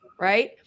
right